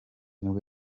nibwo